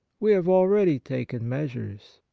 we have already taken measures.